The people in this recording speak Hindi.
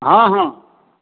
हाँ हाँ